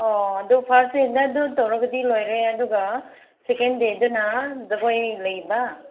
ꯑꯣ ꯑꯗꯨ first date ꯑꯗꯨ ꯇꯧꯔꯒꯗꯤ ꯂꯣꯏꯔꯦ ꯑꯗꯨꯒ ꯁꯦꯀꯦꯟ ꯗꯦꯗꯅ ꯖꯒꯣꯏ ꯂꯩꯕ